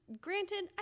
granted